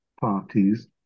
parties